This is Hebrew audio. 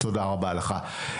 תודה רבה לך.